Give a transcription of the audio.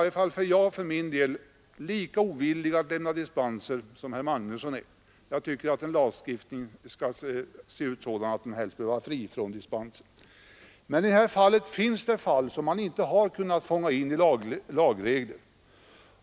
Jag är för min del lika ovillig att lämna dispenser som herr Magnusson är, för jag tycker att en lagstiftning skall vara sådan att den kan fungera utan dispensförfarande. Men här finns det fall som inte kan fångas in i lagregler.